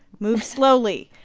move slowly.